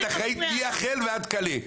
את אחראית מהחל ועד כלה.